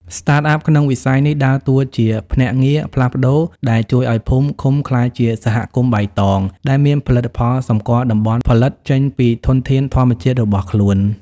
Startup ក្នុងវិស័យនេះដើរតួជាភ្នាក់ងារផ្លាស់ប្តូរដែលជួយឱ្យភូមិឃុំក្លាយជា "សហគមន៍បៃតង" ដែលមានផលិតផលសម្គាល់តំបន់ផលិតចេញពីធនធានធម្មជាតិរបស់ខ្លួន។